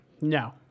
No